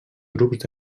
grups